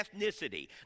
ethnicity